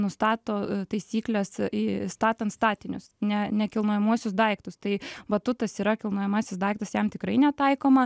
nustato taisykles į statant statinius ne nekilnojamuosius daiktus tai batutas yra kilnojamasis daiktas jam tikrai netaikoma